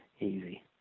easy